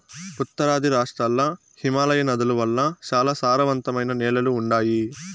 ఉత్తరాది రాష్ట్రాల్ల హిమాలయ నదుల వల్ల చాలా సారవంతమైన నేలలు ఉండాయి